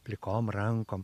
plikom rankom